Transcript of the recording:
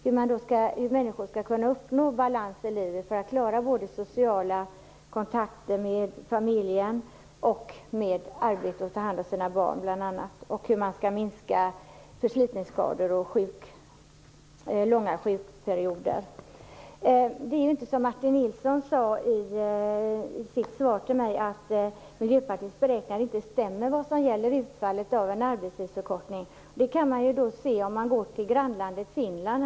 Det handlar om hur människor skall kunna uppnå balans i livet för att klara sociala kontakter med familjen och med arbetet och att ta hand om sina barn samt om hur man skall minska förslitningsskador och långa sjukperioder. Det är inte på det sätt som Martin Nilsson sade i sitt svar till mig, att Miljöpartiets beräkningar vad gäller utfallet av en arbetstidsförkortning inte stämmer. Det kan man se om man går till grannlandet Finland.